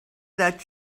that